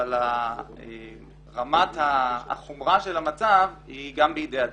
אבל רמת החומרה של המצב היא גם בידי אדם.